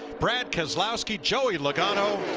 brad keselowski, joey logano.